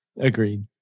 Agreed